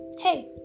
hey